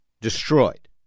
destroyed